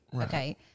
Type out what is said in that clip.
okay